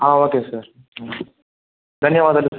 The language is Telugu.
ఓకే సార్ ధన్యవాదాలు సార్